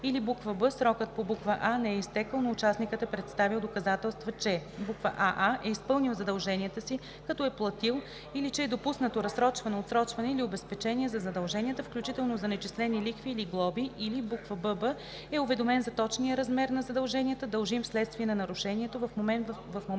или б) срокът по буква „а“ не е изтекъл, но участникът е представили доказателства, че: аа) е изпълнил задълженията си, като е платил, или че е допуснато разсрочване, отсрочване или обезпечение на задълженията, включително за начислени лихви или глоби, или бб) е уведомен за точния размер на задълженията, дължим вследствие на нарушението, в момент,